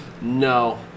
No